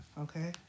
Okay